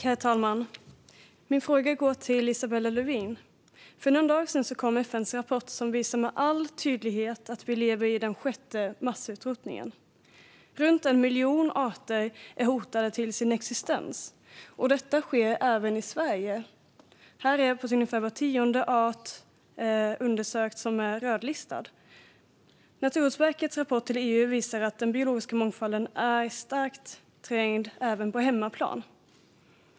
Herr talman! Min fråga går till Isabella Lövin. För några dagar sedan kom en FN-rapport som med all tydlighet visar att vi lever i den sjätte massutrotningen. Runt 1 miljon arters existens är hotad. Detta sker även i Sverige. Här är var tionde art som undersökts rödlistad. Naturvårdsverkets rapport till EU visar att den biologiska mångfalden är starkt trängd även på hemmaplan.